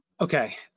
Okay